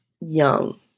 young